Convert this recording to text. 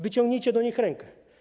Wyciągnijcie do nich rękę.